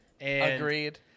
Agreed